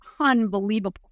unbelievable